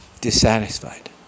dissatisfied